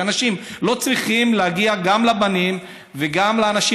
שאנשים לא צריכים להגיע לבנים וגם לאנשים